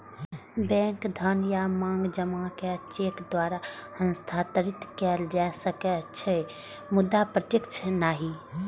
bank धन या मांग जमा कें चेक द्वारा हस्तांतरित कैल जा सकै छै, मुदा प्रत्यक्ष नहि